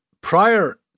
prior